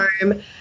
home